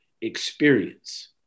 experience